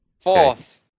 Fourth